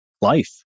life